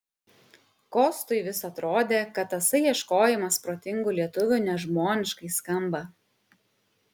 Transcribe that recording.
kostui vis atrodė kad tasai ieškojimas protingų lietuvių nežmoniškai skamba